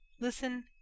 Listen